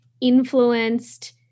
influenced